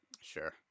Sure